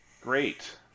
Great